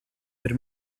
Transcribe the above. per